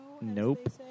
Nope